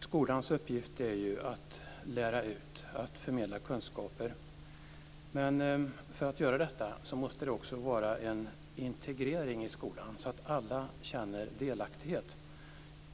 Fru talman! Skolans uppgift är ju att lära ut, att förmedla kunskaper. Men för att skolan ska kunna göra detta måste det också vara en integrering i skolan så att alla känner delaktighet.